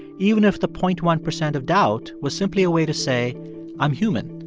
even if the point one percent of doubt was simply a way to say i'm human,